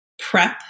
prep